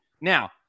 Now